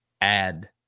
add